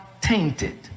tainted